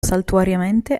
saltuariamente